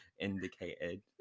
indicated